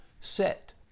set